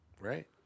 right